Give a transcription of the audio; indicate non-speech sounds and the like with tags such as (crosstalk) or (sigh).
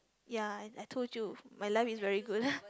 ya and I told you my life is very good (breath)